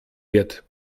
wird